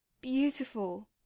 beautiful